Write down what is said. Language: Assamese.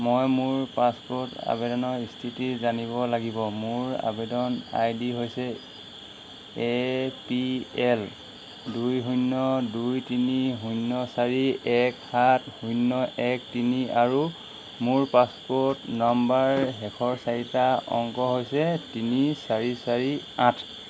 মই মোৰ পাছপোৰ্ট আবেদনৰ স্থিতি জানিব লাগিব মোৰ আবেদন আই ডি হৈছে এ পি এল দুই শূন্য় দুই তিনি শূন্য় চাৰি এক সাত শূন্য় এক তিনি আৰু মোৰ পাছপোৰ্ট নাম্বাৰ শেষৰ চাৰিটা অংক হৈছে তিনি চাৰি চাৰি আঠ